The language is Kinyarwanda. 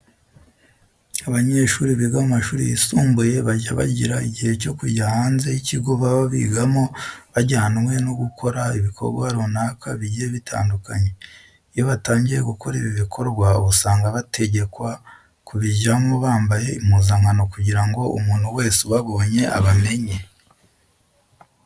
Abanyeshuri biga mu mashuri yisumbuye bajya bagira igihe cyo kujya hanze y'ikigo baba bigamo bajyanwe no gukora ibikorwa runaka bigiye bitandukanye. Iyo batangiye gukora ibi bikorwa usanga bategekwa kubijyamo bambaye impuzankano kugira ngo umuntu wese ubabonye abamenye.